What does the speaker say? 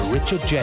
Richard